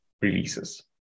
releases